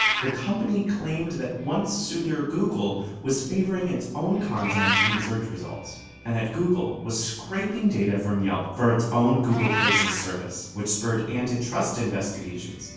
the company claimed that once suitor google was favoring its own content in search results and that google was scraping data from yelp for its own google places service, which spurred antitrust investigations.